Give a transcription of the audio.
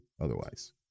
otherwise